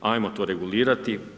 Hajmo to regulirati.